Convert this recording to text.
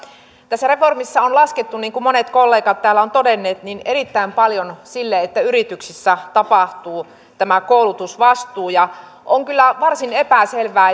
tässä reformissa on laskettu niin kuin monet kollegat täällä ovat todenneet erittäin paljon sen varaan että yrityksissä tapahtuu tämä koulutusvastuu on kyllä varsin epäselvää